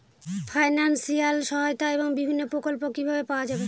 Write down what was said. Financial সহায়তা এবং বিভিন্ন প্রকল্প কিভাবে পাওয়া যাবে?